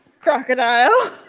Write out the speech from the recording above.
crocodile